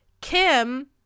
Kim